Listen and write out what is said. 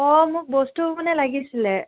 অ' মোক বস্তু মানে লাগিছিলে